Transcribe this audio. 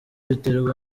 biterwa